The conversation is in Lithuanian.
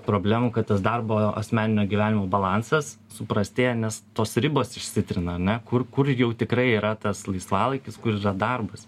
problemų kad tas darbo asmeninio gyvenimo balansas suprastėja nes tos ribos išsitrina ar ne kur kur jau tikrai yra tas laisvalaikis kur yra darbas